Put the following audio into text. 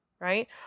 Right